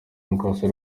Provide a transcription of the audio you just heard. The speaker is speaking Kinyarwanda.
mukaso